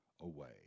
away